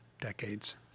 decades